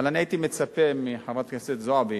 אבל אני מצפה מחברת הכנסת זועבי